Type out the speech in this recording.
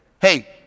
hey